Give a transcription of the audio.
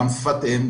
גם שפת אם,